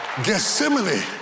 Gethsemane